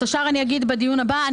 את השאר אני אגיד בדיון הבא.